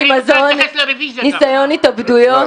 שנתיים --- ניסיון התאבדויות,